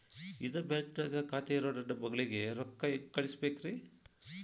ಇದ ಬ್ಯಾಂಕ್ ನ್ಯಾಗ್ ಖಾತೆ ಇರೋ ನನ್ನ ಮಗಳಿಗೆ ರೊಕ್ಕ ಹೆಂಗ್ ಕಳಸಬೇಕ್ರಿ?